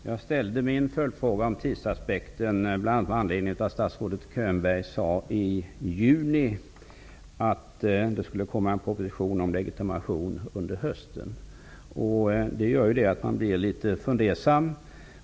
Herr talman! Jag ställde min följdfråga om tidsaspekten med anledning av det som statsrådet Bo Könberg sade i juni, nämligen att det skulle komma en proposition om legitimation under hösten. Det gör att man blir litet fundersam.